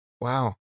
wow